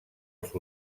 els